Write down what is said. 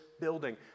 building